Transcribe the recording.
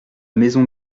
maison